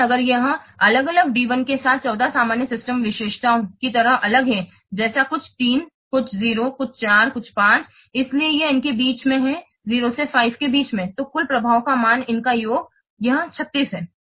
लेकिन अगर यह अलग अलग DI के साथ 14 सामान्य सिस्टम विशेषताओं की तरह अलग है जैसे कुछ 3 कुछ 0 कुछ 4 और कुछ 5 इसलिए यह इसके बीच में है 0 से 5 के बीच में है तो कुल प्रभाव की मात्रा इनका योग है यह 36 है